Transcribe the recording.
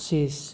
পঁচিছ